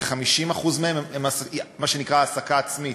כ-50% הם מה שנקרא העסקה עצמית,